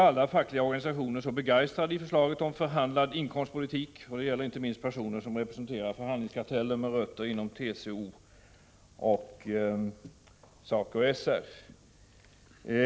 Alla fackliga organisationer är nu inte så begeistrade över förslaget om en förhandlad inkomstpolitik. Det gäller inte minst sådana personer som representerar förhandlingskarteller med rötter inom TCO och SACO-SR.